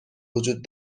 وجود